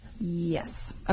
Yes